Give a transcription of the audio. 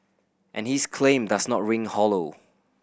and his claim does not ring hollow